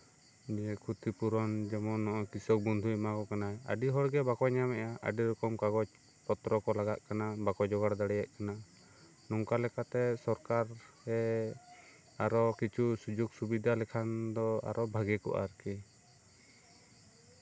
ᱱᱤᱭᱟᱹ ᱠᱷᱚᱛᱤ ᱯᱩᱨᱚᱱ ᱡᱮᱢᱚᱱ ᱠᱨᱤᱥᱚᱠ ᱵᱚᱱᱫᱷᱩᱭ ᱮᱢᱟ ᱠᱚ ᱠᱟᱱᱟᱭ ᱟᱹᱰᱤ ᱦᱚᱲᱜᱮ ᱵᱟᱠᱚ ᱧᱟᱢᱮᱜᱼᱟ ᱟᱹᱰᱤ ᱨᱚᱠᱚᱢ ᱠᱟᱜᱚᱡᱽ ᱯᱚᱛᱨᱚ ᱠᱚ ᱞᱟᱜᱟᱜ ᱠᱟᱱᱟ ᱵᱟᱠᱚ ᱡᱳᱜᱟᱲ ᱫᱟᱲᱮᱭᱟᱜ ᱠᱟᱱᱟ ᱱᱚᱝᱠᱟ ᱞᱮᱠᱟᱛᱮ ᱥᱚᱨᱠᱟᱨ ᱮ ᱟᱨᱚ ᱠᱤᱪᱷᱩ ᱥᱩᱡᱳᱜ ᱥᱩᱵᱤᱫᱷᱟ ᱞᱮᱠᱷᱟᱱ ᱫᱚ ᱟᱨᱦᱚᱸ ᱵᱷᱟᱹᱜᱤ ᱠᱚᱜᱼᱟ ᱟᱨᱠᱤ